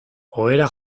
ohera